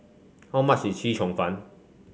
how much is Chee Cheong Fun